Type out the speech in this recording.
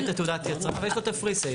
את תעודת היצרן ויש לו את ה- Presale.